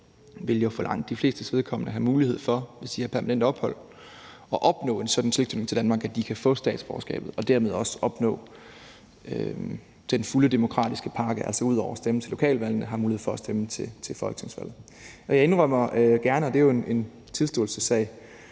vil jo for langt de flestes vedkommende, hvis de har permanent ophold, have mulighed for at opnå en sådan tilknytning til Danmark, at de kan få statsborgerskabet, og dermed også opnå den fulde demokratiske pakke, altså at de ud over at kunne stemme til kommunalvalgene har mulighed for at stemme til folketingsvalgene. Jeg indrømmer gerne, og det er jo en tilståelsessag,